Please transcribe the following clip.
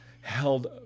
held